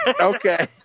Okay